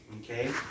Okay